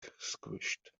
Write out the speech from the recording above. squished